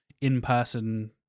in-person